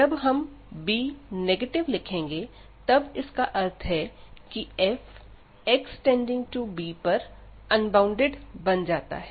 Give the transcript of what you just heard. जब हम b लिखेंगे तब इसका अर्थ है कि f x→b पर अनबॉउंडेड बन जाता है